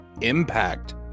Impact